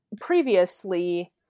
previously